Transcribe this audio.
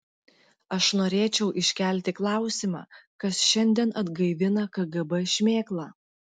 aš norėčiau iškelti klausimą kas šiandien atgaivina kgb šmėklą